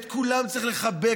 את כולם צריך לחבק.